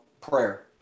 prayer